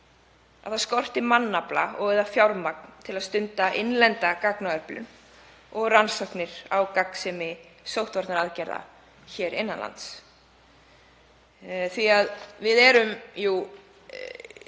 það skorti mannafla og/eða fjármagn til að stunda innlenda gagnaöflun og rannsóknir á gagnsemi sóttvarnaaðgerða hér innan lands. Við erum jú